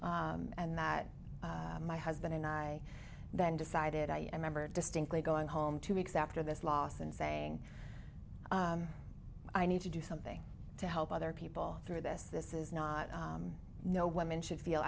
and that my husband and i then decided i remember distinctly going home two weeks after this loss and saying i need to do something to help other people through this this is not no woman should feel